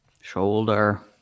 shoulder